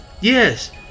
Yes